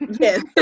Yes